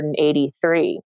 183